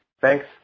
Thanks